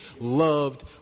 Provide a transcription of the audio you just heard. loved